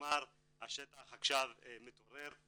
כלומר השטח עכשיו מתעורר.